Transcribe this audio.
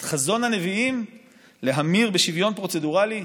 את חזון הנביאים להמיר בשוויון פרוצדורלי?